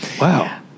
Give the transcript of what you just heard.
Wow